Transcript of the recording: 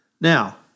Now